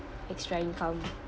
extra income